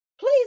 please